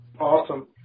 Awesome